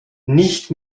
nicht